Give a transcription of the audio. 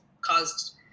caused